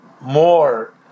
more